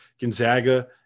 Gonzaga